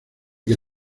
que